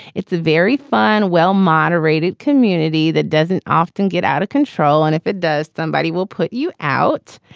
it's a very fun, well moderated community that doesn't often get out of control, and if it does, somebody will put you out.